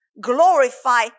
glorify